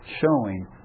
showing